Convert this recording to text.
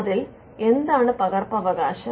അതിൽ എന്താണ് പകർപ്പവകാശം